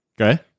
Okay